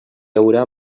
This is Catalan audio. haurà